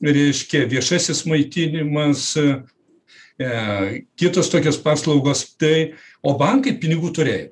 reiškia viešasis maitinimas e kitos tokios paslaugos tai o bankai pinigų turėjo